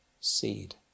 seed